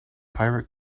pirate